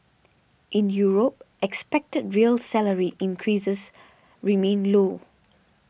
in Europe expected real salary increases remain low